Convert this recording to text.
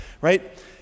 right